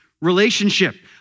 relationship